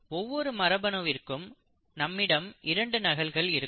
ஒவ்வொரு மரபணுவிற்கும் நம்மிடம் இரண்டு நகல்கள் இருக்கும்